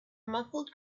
muffled